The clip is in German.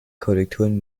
korrekturen